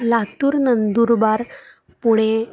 Latur Nandurbar Pune